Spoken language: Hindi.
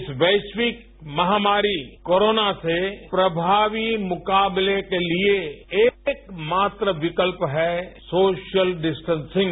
इस वैश्विक महामारी कोरोना से प्रभावी मुकाबले के लिए एक मात्र विकल्प है सोशल डिस्टेन्सिंग